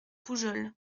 poujols